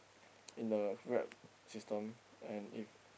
in the Grab system and if